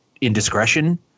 indiscretion